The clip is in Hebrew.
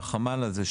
החמ"ל הזה,